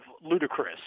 ludicrous